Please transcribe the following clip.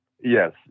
Yes